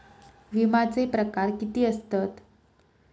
विमाचे प्रकार किती असतत?